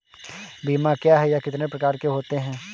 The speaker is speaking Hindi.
बीमा क्या है यह कितने प्रकार के होते हैं?